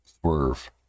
swerve